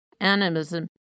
animism